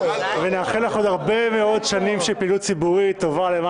נאחל לך עוד הרבה מאוד שנים של פעילות ציבורית טובה למען